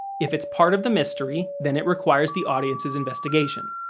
if it's part of the mystery, then it requires the audience's investigation.